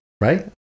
right